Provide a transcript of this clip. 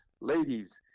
ladies